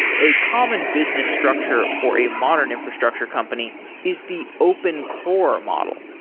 a common business structure for a modern infrastructure company is the open core model.